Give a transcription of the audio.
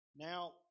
Now